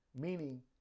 Meaning